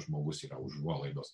žmogus yra už užuolaidos